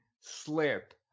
slip